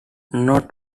not